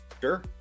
Sure